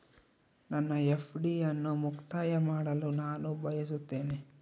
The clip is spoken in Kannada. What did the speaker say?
ನನ್ನ ಎಫ್.ಡಿ ಅನ್ನು ಮುಕ್ತಾಯ ಮಾಡಲು ನಾನು ಬಯಸುತ್ತೇನೆ